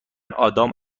آدام